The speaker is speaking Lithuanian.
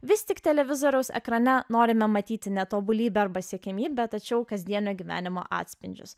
vis tik televizoriaus ekrane norime matyti ne tobulybę arba siekiamybę tačiau kasdienio gyvenimo atspindžius